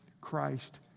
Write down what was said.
Christ